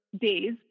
days